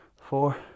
Four